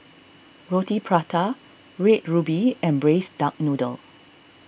Roti Prata Red Ruby and Braised Duck Noodle